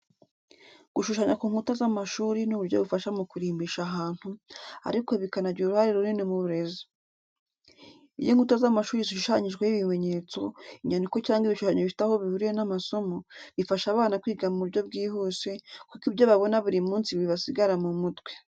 Gushushanya ku nkuta z'amashuri ni uburyo bufasha mu kurimbisha ahantu, ariko bikanagira uruhare runini mu burezi. Iyo inkuta z'amashuri zishushanyijweho ibimenyetso, inyandiko cyangwa ibishushanyo bifite aho bihuriye n'amasomo, bifasha abana kwiga mu buryo bwihuse, kuko ibyo babona buri munsi bibasigara mu mutwe.